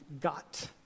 got